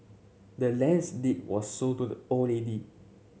the land's deed was sold to the old lady